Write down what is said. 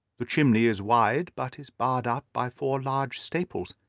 the chimney is wide, but is barred up by four large staples.